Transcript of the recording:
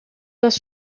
das